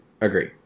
agree